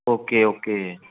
okay okay